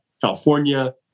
California